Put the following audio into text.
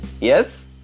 yes